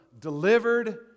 delivered